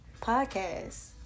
podcast